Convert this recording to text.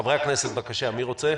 חברי הכנסת, בבקשה, מי רוצה?